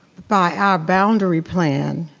by our boundary plan,